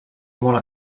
molt